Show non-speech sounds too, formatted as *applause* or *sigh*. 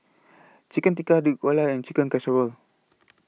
Chicken Tikka Dhokla and Chicken Casserole *noise*